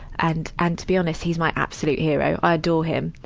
and, and to be honest, he's my absolute hero. i adore him.